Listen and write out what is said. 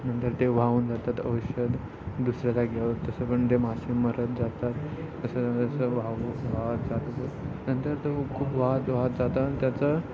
नंतर ते वाहून जातात औषध दुसऱ्या जाग्यावर तसं पण ते मासे मरत जातात जसं जसं वाहव वाहत जातो नंतर तो खूप वाहत वाहत जाताना त्याचं